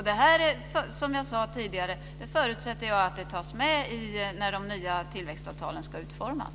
Det här förutsätter jag, som jag sade tidigare, tas med när de nya tillväxtavtalen ska utformas.